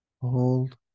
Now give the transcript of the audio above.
Hold